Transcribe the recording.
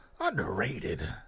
underrated